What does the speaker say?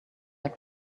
had